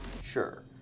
Sure